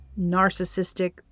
narcissistic